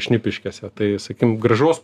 šnipiškėse tai sakykim grąžos